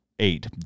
eight